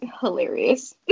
hilarious